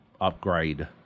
upgrade